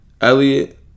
Elliot